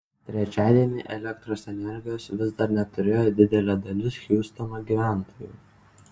trečiadienį elektros energijos vis dar neturėjo didelė dalis hiūstono gyventojų